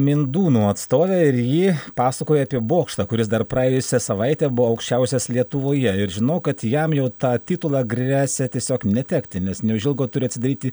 mindūnų atstovę ir ji pasakoja apie bokštą kuris dar praėjusią savaitę buvo aukščiausias lietuvoje ir žinau kad jam jau tą titulą gresia tiesiog netekti nes neužilgo turi atsidaryti